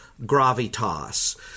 gravitas